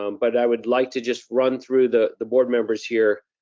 um but i would like to just run through the the board members here,